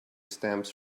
stamps